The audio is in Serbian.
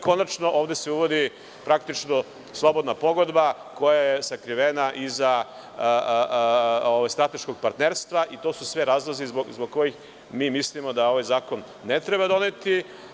Konačno, ovde se uvodi slobodna pogodba koja je sakrivena iza strateškog partnerstva i to su sve razlozi zbog kojih mislimo da ovaj zakon ne treba doneti.